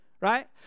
Right